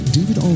David